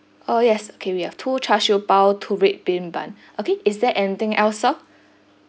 oh yes okay we have to char siew bao two red bean bun okay is there anything else sir